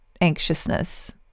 anxiousness